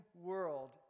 world